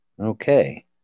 Okay